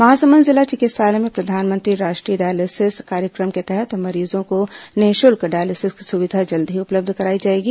महासमुंद जिला चिकित्सालय में प्रधानमंत्री राष्ट्रीय डायलिसिस कार्यक्रम के तहत मरीजों को निःशुल्क डायलिसिस की सुविधा जल्द ही उपलब्ध कराई जाएगी